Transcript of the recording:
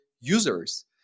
users